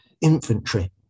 infantry